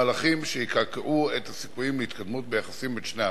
מהלכים שיקעקעו את הסיכויים להתקדמות ביחסים בין שני העמים.